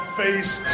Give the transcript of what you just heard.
face